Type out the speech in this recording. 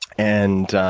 and,